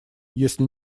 если